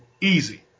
easy